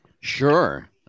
sure